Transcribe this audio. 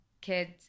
kids